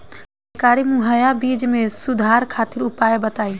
सरकारी मुहैया बीज में सुधार खातिर उपाय बताई?